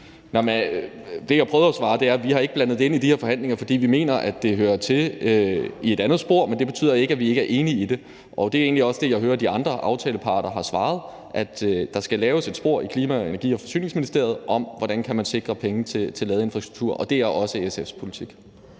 Det, jeg prøvede at svare, er, at vi ikke har blandet det ind i de her forhandlinger, fordi vi mener, at det hører til i et andet spor. Men det betyder ikke, at vi ikke er enige i det, og det er egentlig også det, jeg hører de andre aftaleparter har svaret, altså at der skal laves et spor i Klima-, Energi- og Forsyningsministeriet om, hvordan man kan sikre penge til ladeinfrastruktur. Og det er også SF's politik.